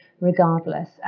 regardless